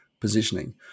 positioning